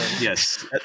yes